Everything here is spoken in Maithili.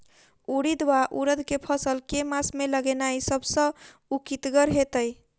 उड़ीद वा उड़द केँ फसल केँ मास मे लगेनाय सब सऽ उकीतगर हेतै?